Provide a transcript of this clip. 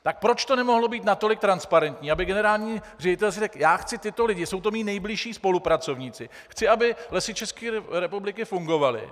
Tak proč to nemohlo být natolik transparentní, aby si generální ředitel řekl: já chci tyto lidi, jsou to moji nejbližší spolupracovníci, chci, aby Lesy České republiky fungovaly.